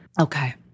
Okay